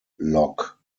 lock